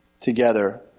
together